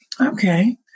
Okay